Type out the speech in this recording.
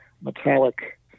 metallic